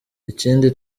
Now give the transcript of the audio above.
ikindi